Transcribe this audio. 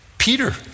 Peter